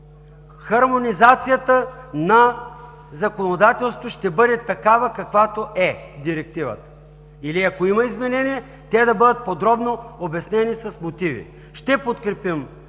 Хармонизацията на законодателството ще бъде такава, каквато е Директивата! Или, ако има изменения, те да бъдат подробно обяснение с мотиви. Ние от